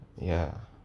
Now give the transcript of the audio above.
ya